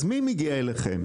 אז מי מגיע אליכם?